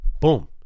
boom